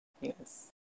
Yes